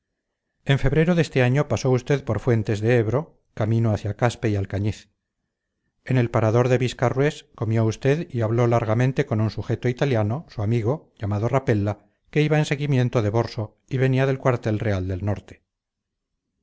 en febrero de este año pasó usted por fuentes de ebro camino hacia caspe y alcañiz en el parador de viscarrués comió usted y habló largamente con un sujeto italiano su amigo llamado rapella que iba en seguimiento de borso y venía del cuartel real del norte